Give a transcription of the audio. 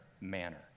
manner